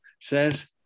says